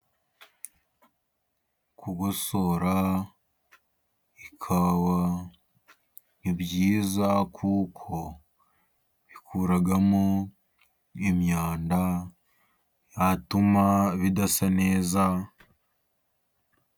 Kugosora ikawa ni byiza kuko bikuramo imyanda yatuma bidasa neza.